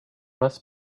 must